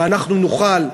ואנחנו נוכל,